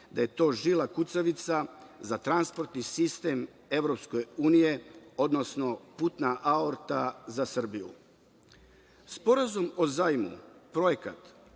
da je to žila kucavica za transportni sistem EU, odnosno putna aorta za Srbiju. Sporazum o zajmu, projekat